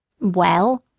well,